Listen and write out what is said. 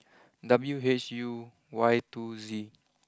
W H U Y two Z